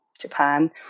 Japan